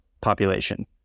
population